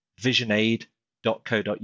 visionaid.co.uk